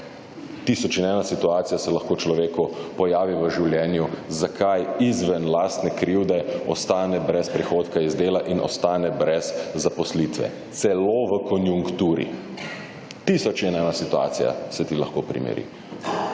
tisoč in ena situacija se lahko človeku pojavi v življenju, zakaj izven lastne krivde ostane brez prihodka iz dela in ostane brez zaposlitve, celo v konjunkturi. Tisoč in ena situacija se ti lahko primeri.